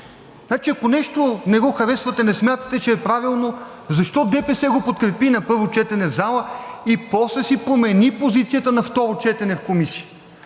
ако нещо не харесвате, не смятате, че е правилно, защо ДПС го подкрепи на първо четене в залата и после си промени позицията на второ чете в Комисията?